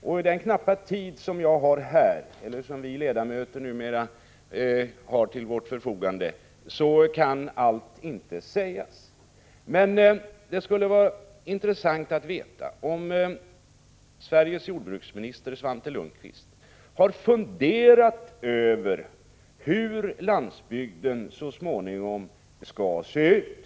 Med den knappa taletid som vi ledamöter numera har till vårt förfogande i interpellationsdebatter kan inte allt föras fram här, men det skulle vara intressant att veta om inte Sveriges jordbruksminister Svante Lundkvist har funderat över hur landsbygden så småningom skall se ut.